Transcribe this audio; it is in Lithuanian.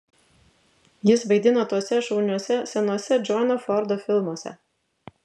jis vaidino tuose šauniuose senuose džono fordo filmuose